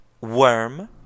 Worm